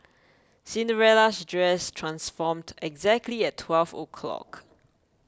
Cinderella's dress transformed exactly at twelve o'clock